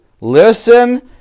Listen